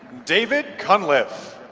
david cunliffe.